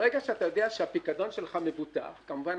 ברגע שאתה יודע שהפיקדון שלך מבוטח כמובן,